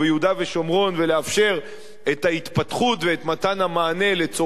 ושומרון ולאפשר את ההתפתחות ואת מתן המענה לצורכי